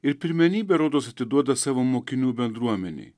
ir pirmenybę rodos atiduoda savo mokinių bendruomenei